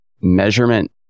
measurement